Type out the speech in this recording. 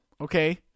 Okay